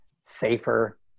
safer